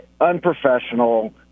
unprofessional